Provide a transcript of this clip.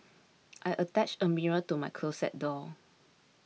I attached a mirror to my closet door